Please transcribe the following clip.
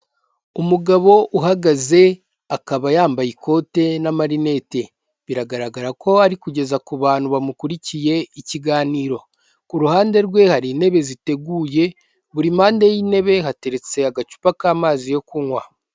Umugabo uhagaze akaba yambaye ikote n'amarinete, biragaragara ko ari kugeza ku bantu bamukurikiye ikiganiro, ku ruhande rwe hari intebe ziteguye, buri mpande y'intebe hateretse agacupa k'amazi yo kunywa.